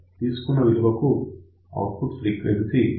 తీసుకున్న విలువకు output frequency దాదాపుగా 1